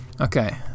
Okay